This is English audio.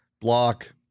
block